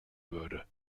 würde